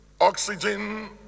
oxygen